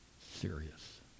serious